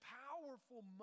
powerful